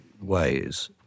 ways